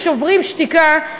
"שוברים שתיקה",